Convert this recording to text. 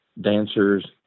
dancers